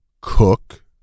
cook